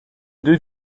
deux